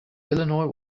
illinois